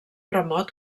remot